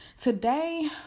Today